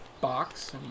box